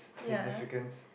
significants